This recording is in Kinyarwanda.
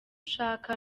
dushaka